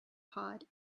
pod